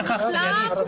--- (אומר דברים בשפה הערבית, להלן תרגומם:)